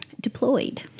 deployed